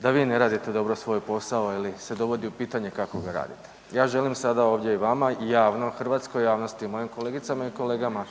da vi ne radite dobro svoj posao ili se dovodi u pitanje kako ga radite. Ja želim sada ovdje i vama i javno hrvatskoj javnosti i mojim kolegicama i kolegama